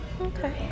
Okay